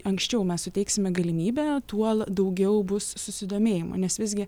anksčiau mes suteiksime galimybę tuo daugiau bus susidomėjimo nes visgi